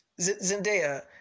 Zendaya